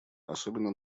особенно